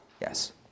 Yes